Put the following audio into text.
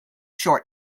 short